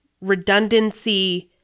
redundancy